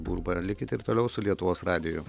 burba likit ir toliau su lietuvos radiju